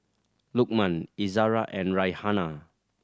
Lukman Izara and Raihana